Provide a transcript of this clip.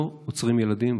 לא עוצרים ילדים.